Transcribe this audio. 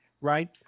right